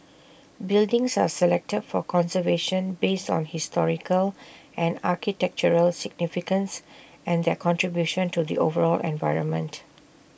buildings are selected for conservation based on historical and architectural significance and their contribution to the overall environment